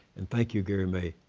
and thank you, gary may,